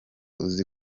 uzi